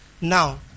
Now